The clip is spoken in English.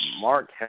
Mark